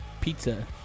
pizza